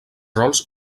rols